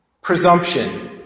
Presumption